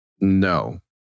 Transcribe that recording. no